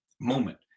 moment